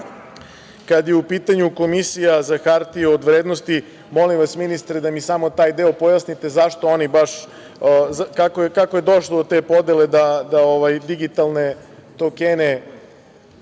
je u pitanju Komisija za hartije od vrednosti, molim vas ministre da mi samo taj deo pojasnite, kako je došlo do te podele da digitalne tokene